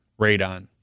radon